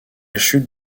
chute